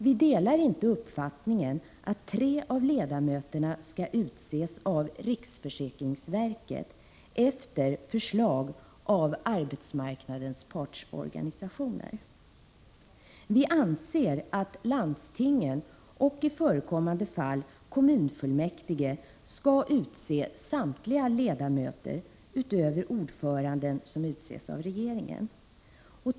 Vi delar inte uppfattningen att tre av ledamöterna skall utses av riksförsäkringsverket efter förslag av arbetsmarknadens partsorganisationer. Vi anser att landstingen och i förekommande fall kommunfullmäktige skall utse samtliga ledamöter utöver ordföranden, som utses av regeringen.